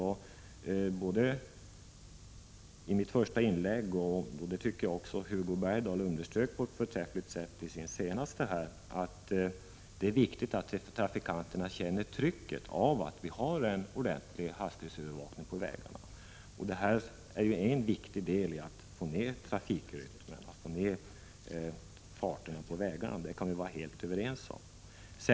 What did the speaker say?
Han framhöll i sitt senaste inlägg särskilt, liksom jag gjorde i mitt första anförande, att det är viktigt att trafikanterna känner trycket av en ordentlig hastighetsövervakning på vägarna. Detta är en viktig del i ansträngningarna att lugna trafikrytmen och få ner farterna på vägarna, det kan vi vara helt överens om.